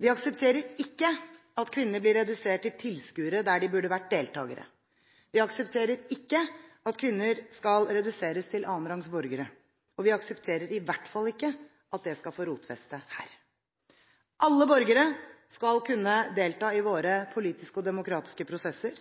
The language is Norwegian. Vi aksepterer ikke at kvinner blir redusert til tilskuere der de burde vært deltakere. Vi aksepterer ikke at kvinner skal reduseres til annenrangs borgere. Og vi aksepterer i hvert fall ikke at det skal få rotfeste her. Alle borgere skal kunne delta i våre politiske og demokratiske prosesser,